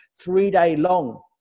three-day-long